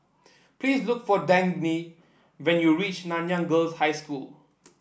please look for Dagny when you reach Nanyang Girls' High School